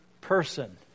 person